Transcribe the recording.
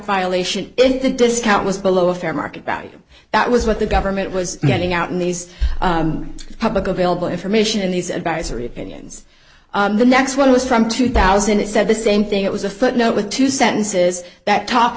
violation in the discount was below a fair market value that was what the government was getting out in these public available information in these advisory opinions the next one was from two thousand it said the same thing it was a footnote with two sentences that talked